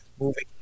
moving